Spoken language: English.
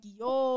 yo